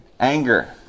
Anger